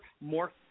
more